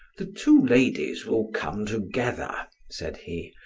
the two ladies will come together, said he.